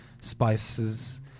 spices